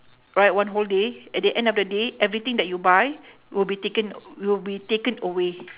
right one whole day at the end of the day everything that you buy will be taken will be taken away